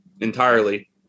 entirely